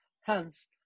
Hence